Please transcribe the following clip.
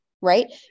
right